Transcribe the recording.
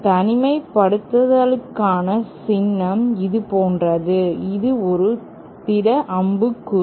தனிமைப்படுத்தலுக்கான சின்னம் இது போன்றது இது ஒரு திட அம்பு குறி